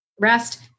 rest